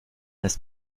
ist